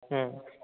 ହୁଁ